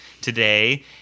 today